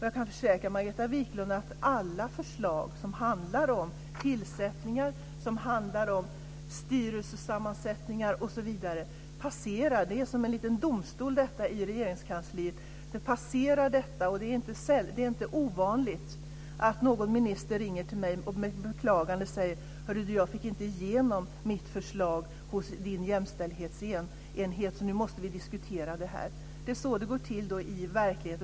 Jag kan försäkra Margareta Viklund om att alla förslag som handlar om tillsättningar, om styrelsesammansättningar osv. passerar denna enhet - som är som en liten domstol i Regeringskansliet - och det är inte ovanligt att någon minister ringer till mig och beklagande säger: Jag fick inte igenom mitt förslag hos din jämställdhetsenhet, så nu måste vi diskutera det här. Det är så det går till i verkligheten.